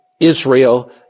Israel